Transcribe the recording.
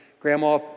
grandma